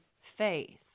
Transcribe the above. faith